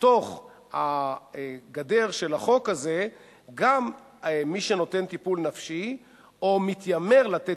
לתוך גדר החוק הזה גם את מי שנותן טיפול נפשי או מתיימר לתת